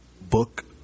book